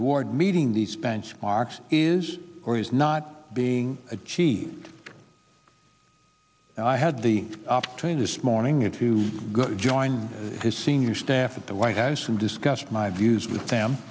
toward meeting these benchmarks is or is not being achieved and i had the opportunity morning it to join his senior staff at the white house and discussed my views with them